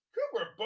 Cooper